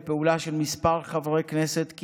בפעולה של כמה חברי כנסת,